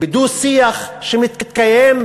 בדו-שיח שמתקיים,